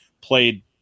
played